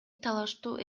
талаштуу